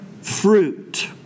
fruit